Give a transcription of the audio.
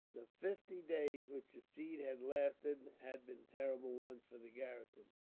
the fifty days which the siege had lasted had been terrible ones for the garrison.